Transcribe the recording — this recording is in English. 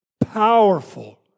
powerful